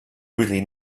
really